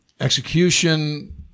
execution